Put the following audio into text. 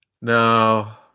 No